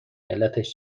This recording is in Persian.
علتش